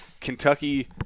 Kentucky